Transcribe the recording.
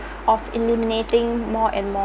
of eliminating more and more